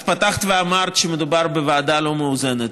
את פתחת ואמרת שמדובר בוועדה לא מאוזנת.